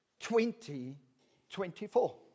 2024